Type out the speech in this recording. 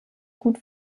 gut